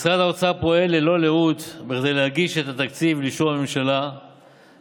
משרד האוצר פועל ללא לאות כדי להגיש את התקציב לאישור הממשלה בתחילת